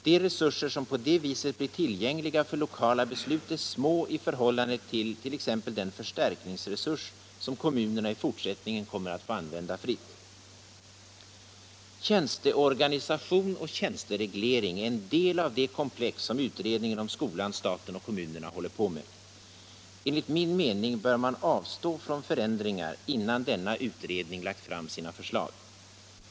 De resurser som på det viset blir tillgängliga för lokala beslut är små i förhållande till exempelvis den förstärkningsresurs som kommunerna i fortsättningen kommer att få använda fritt. Tjänsteorganisation och tjänstereglering är en del av det komplex som utredningen om skolan, staten och kommunerna håller på med. Enligt min mening bör man avstå från förändringar innan denna utredning lagt fram sina förslag.